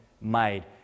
made